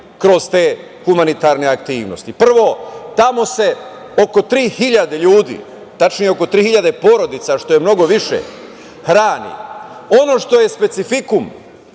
kroz te humanitarne aktivnosti. Prvo, tamo se oko 3.000 ljudi, tačnije oko 3.000 porodica, što je mnogo više, hrani. Ono što je specifikum